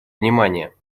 внимания